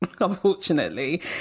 unfortunately